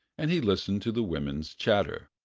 and he listened to the women's chatter.